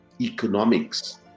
economics